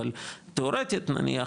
אבל תאורטית נניח,